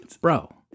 Bro